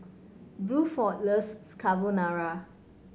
Bluford loves Carbonara